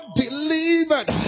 delivered